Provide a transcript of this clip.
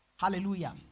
Hallelujah